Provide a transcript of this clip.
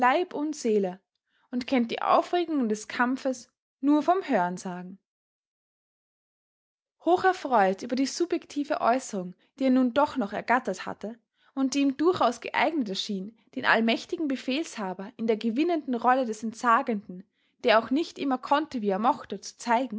und seele und kennt die aufregungen des kampfes nur vom hörensagen hoch erfreut über die subjektive äußerung die er nun doch noch ergattert hatte und die ihm durchaus geeignet erschien den allmächtigen befehlshaber in der gewinnenden rolle des entsagenden der auch nicht immer konnte wie er mochte